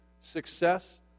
success